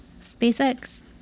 SpaceX